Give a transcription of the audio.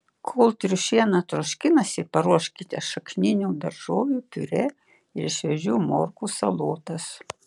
kol triušiena troškinasi paruoškite šakninių daržovių piurė ir šviežių morkų salotas